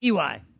EY